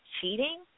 cheating